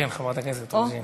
כן, חברת הכנסת רוזין.